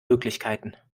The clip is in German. möglichkeiten